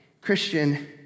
Christian